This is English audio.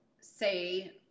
say